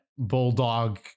bulldog